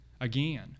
Again